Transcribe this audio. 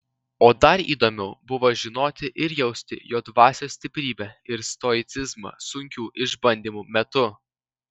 o dar įdomiau buvo žinoti ir jausti jo dvasios stiprybę ir stoicizmą sunkių išbandymų metu